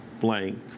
blank